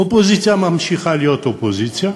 האופוזיציה ממשיכה להיות אופוזיציה,